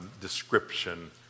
description